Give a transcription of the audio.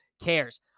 cares